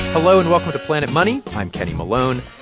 hello, and welcome to planet money. i'm kenny malone.